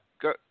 go